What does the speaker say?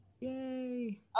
Yay